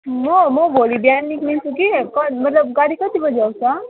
म म भोलि बिहान निस्किन्छु कि ग मतलब गाडी कति बजी आउँछ